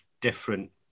different